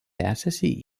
tęsiasi